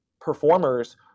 performers